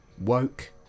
woke